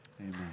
Amen